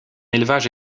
élevage